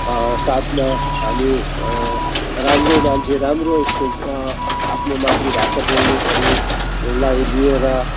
साथमा हामी राम्रो मान्छे राम्रो यस्तो आफ्नो मातृभाषा बोल्नेहरूलाई लिएर